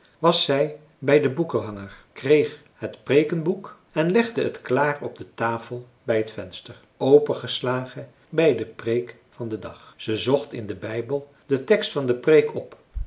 was zij bij den boekenhanger kreeg het preekenboek en legde het klaar op de tafel bij het venster opengeslagen bij de preek van den dag ze zocht in den bijbel den tekst van de preek op